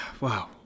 wow